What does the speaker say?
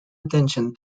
attention